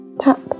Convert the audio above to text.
tap